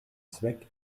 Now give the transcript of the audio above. zweck